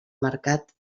mercat